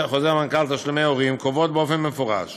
מנכ"ל תשלומי הורים קובעות באופן מפורש